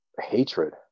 hatred